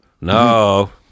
no